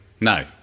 No